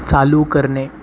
चालू करणे